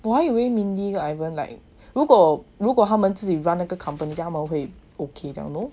我还以为 mindy 跟 ivan like 如果如果他们自己 run 那个 company 他们会 okay 的 you know